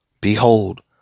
Behold